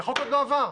כי החוק עוד לא עבר.